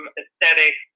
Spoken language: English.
aesthetic